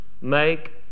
make